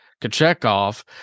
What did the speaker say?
Kachekov